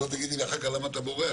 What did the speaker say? שלא תגידי לי אחר כך למה אתה בורח,